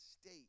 state